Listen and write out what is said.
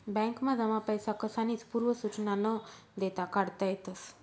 बॅकमा जमा पैसा कसानीच पूर्व सुचना न देता काढता येतस